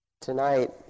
Tonight